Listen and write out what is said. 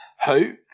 hope